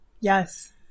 yes